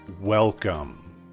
welcome